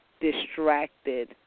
distracted